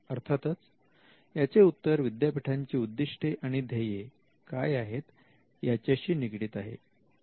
अर्थातच याचे उत्तर विद्यापीठांची उद्दिष्टे आणि ध्येये काय आहेत याच्याशी निगडित आहे